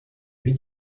huit